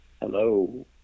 Hello